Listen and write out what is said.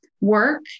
work